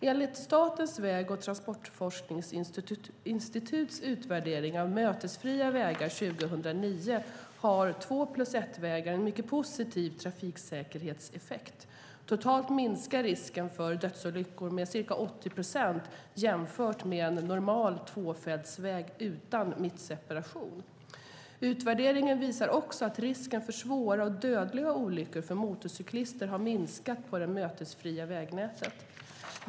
Enligt Statens väg och transportforskningsinstituts utvärdering år 2009 av mötesfria vägar har två-plus-ett-vägar mycket positiv trafiksäkerhetseffekt. Totalt minskar risken för dödsolyckor med ca 80 procent jämfört med en normal tvåfältsväg utan mittseparation. Utvärderingen visar också att risken för svåra och dödliga olyckor för motorcyklister har minskat på det mötesfria vägnätet.